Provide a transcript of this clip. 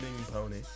pony